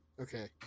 okay